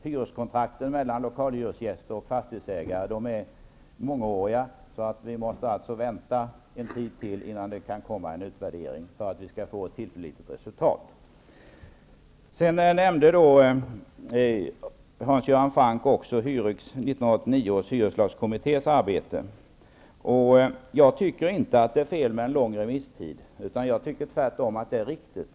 Hyreskontrakten mellan lokalhyresgäster och fastighetsägare är mångåriga, och för att vi skall få ett tillförlitligt resultat måste vi alltså vänta ytterligare en tid innan det kan komma en utvärdering. Hans Göran Franck nämnde också 1989 års hyreslagskommittés arbete. Jag tycker inte att det är fel med en lång remisstid, utan jag tycker tvärtom att det är riktigt.